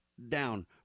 down